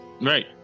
Right